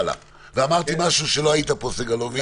ואמרתי משהו כשלא היית פה, סגלוביץ'.